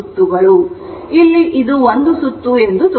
ಇಲ್ಲಿ ಇದು 1 ಸುತ್ತು ಎಂದು ತೋರಿಸಿ